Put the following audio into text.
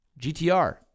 GTR